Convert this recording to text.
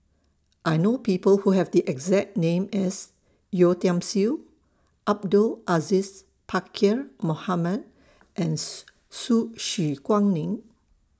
I know People Who Have The exact name as Yeo Tiam Siew Abdul Aziz Pakkeer Mohamed and Su Su She Guaning